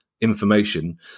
information